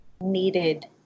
needed